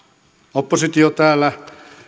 oppositio täällä